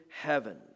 heaven